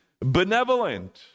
benevolent